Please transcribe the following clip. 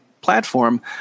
platform